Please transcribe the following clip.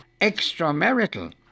extramarital